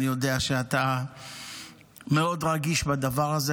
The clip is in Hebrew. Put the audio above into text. אני יודע שאתה מאוד רגיש לדבר הזה,